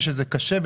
שזה קשה,